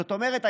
זאת אומרת,